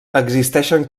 existeixen